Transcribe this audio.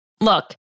Look